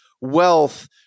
wealth